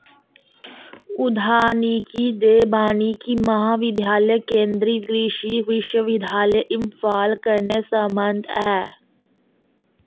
उद्यानिकी दे वानिकी महाविद्यालय केंद्री कृशि विश्वविद्यालय इम्फाल कन्नै सम्बंध ऐ